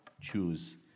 choose